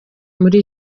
muri